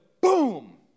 boom